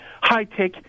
high-tech